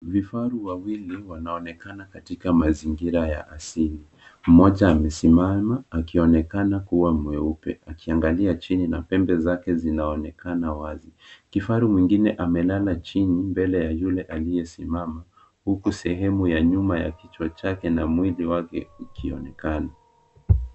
Vifaru wawili wanaonekana katika mazingira ya asili. Mmoja amesimama, akionekana kuwa mweupe akiangalia chini na pembe zake zinaonekana wazi. Kifaru mwingine amelala chini mbele ya yule aliyesimama huku sehemu ya nyuma ya kichwa chake na mwili ukionekana.